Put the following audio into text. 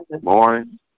morning